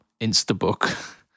Instabook